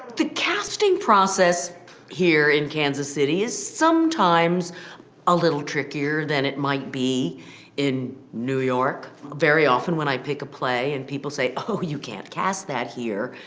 the casting process here in kansas city is sometimes a little trickier than it might be in new york. very often when i pick a play and people say, oh, you can't cast that here.